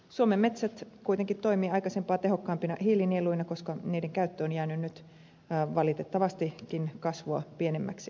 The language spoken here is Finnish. suomen metsät kuitenkin toimivat aikaisempaa tehokkaampina hiilinieluina koska niiden käyttö on jäänyt nyt valitettavastikin kasvua pienemmäksi